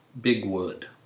Bigwood